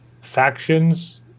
factions